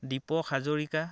Dipak Hazarika